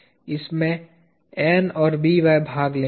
इसमें N और By भाग लेंगे